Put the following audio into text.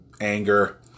anger